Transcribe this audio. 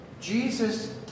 Jesus